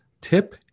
tip